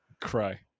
cry